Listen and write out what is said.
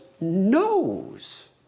knows